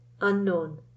Unknown